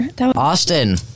Austin